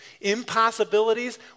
Impossibilities